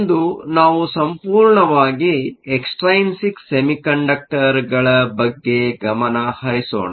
ಇಂದು ನಾವು ಸಂಪೂರ್ಣವಾಗಿ ಎಕ್ಸ್ಟ್ರೈನ್ಸಿಕ್ ಸೆಮಿಕಂಡಕ್ಟರ್ಗಳ ಬಗ್ಗೆ ಗಮನಹರಿಸೋಣ